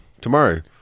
tomorrow